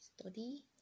study